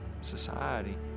society